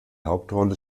hauptrolle